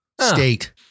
state